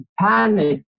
panic